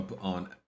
on